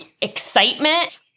excitement